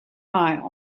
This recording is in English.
mile